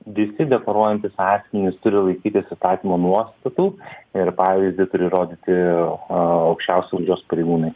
visi deklaruojantys asmenys turi laikytis įstatymų nuostatų ir pavyzdį turi rodyti aukščiausi valdžios pareigūnai